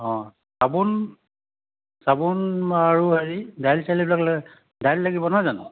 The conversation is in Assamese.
অঁ চাবোন চাবোন আৰু হেৰি দালি চালি এইবিলাক দাইল লাগিব নহয় জানো